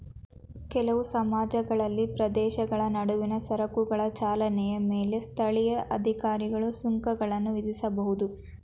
ಕೆಲವು ಸಮಾಜಗಳಲ್ಲಿ ಪ್ರದೇಶಗಳ ನಡುವಿನ ಸರಕುಗಳ ಚಲನೆಯ ಮೇಲೆ ಸ್ಥಳೀಯ ಅಧಿಕಾರಿಗಳು ಸುಂಕಗಳನ್ನ ವಿಧಿಸಬಹುದು